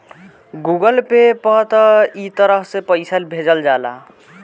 Google Pay पअ इ तरह से पईसा भेजल जाला